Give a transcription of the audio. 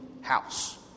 house